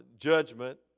judgment